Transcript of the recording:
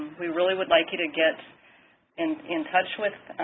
we really would like you to get and in touch with,